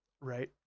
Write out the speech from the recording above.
Right